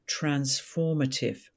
transformative